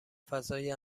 فضای